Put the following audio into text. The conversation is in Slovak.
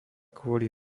kvôli